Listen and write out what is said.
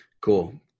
Cool